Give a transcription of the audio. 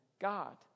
God